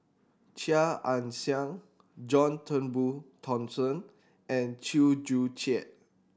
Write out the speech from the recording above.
Chia Ann Siang John Turnbull Thomson and Chew Joo Chiat